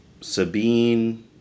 Sabine